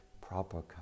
proper